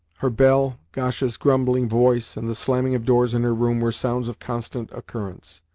her bell, gasha's grumbling voice, and the slamming of doors in her room were sounds of constant occurrence,